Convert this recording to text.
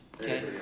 okay